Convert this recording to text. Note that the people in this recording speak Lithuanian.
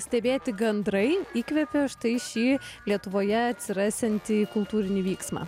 stebėti gandrai įkvėpė štai šį lietuvoje atsirasiantį kultūrinį vyksmą